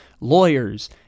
lawyers